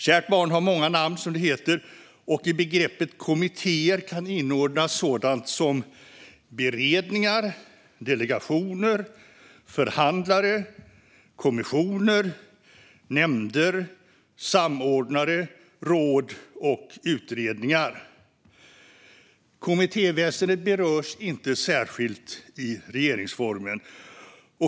Kärt barn har många namn, som det heter, och i begreppet kommittéer kan sådant som beredningar, delegationer, förhandlare, kommissioner, nämnder, samordnare, råd och utredningar inordnas. Kommittéväsendet berörs inte särskilt i regeringsformen.